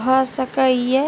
भ सके ये?